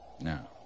Now